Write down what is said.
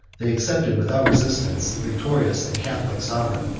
they accepted, without resistance, a victorious and catholic sovereign.